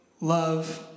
love